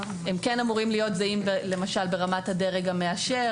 הם כן אמורים להיות זהים למשל ברמת הדרג המאשר